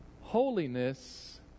Holiness